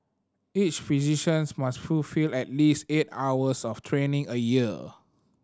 each physicians must fulfil at least eight hours of training a year